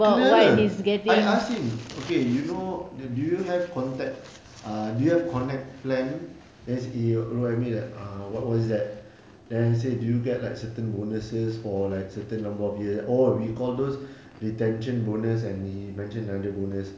clear I ask him okay you know do you have contact uh do you have connect plan that's he look at me like uh what was that then I say like do you get certain bonuses for like certain number of years oh we call those retention bonus and he mentioned another bonus